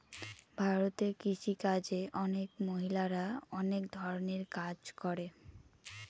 ভারতে কৃষি কাজে অনেক মহিলারা অনেক ধরনের কাজ করে